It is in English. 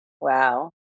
Wow